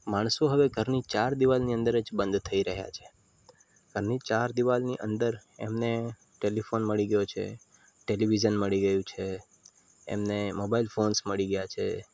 માણસો હવે ઘરની ચાર દીવાલની અંદર જ બંધ થઇ રહ્યા છે ઘરની ચાર દીવાલની અંદર એમને ટૅલીફોન મળી ગયો છે ટૅલીવિઝન મળી ગયું છે એમને મોબાઇલ ફોન્સ મળી ગયા છે